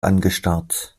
angestarrt